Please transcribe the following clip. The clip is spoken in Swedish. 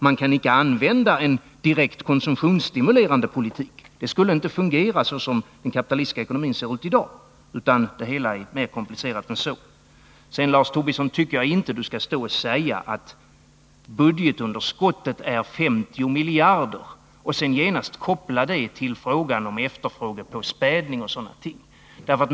Man kan inte använda en direkt konsumtionsstimulerande politik, för det skulle inte fungera, som den kapitalistiska ekonomin ser ut i dag. Det hela är mer komplicerat än så. Sedan tycker jag att Lars Tobisson inte skall stå och säga att budgetunderskottet är 50 miljarder och genast koppla det till frågan om efterfrågepåspädning.